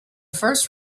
first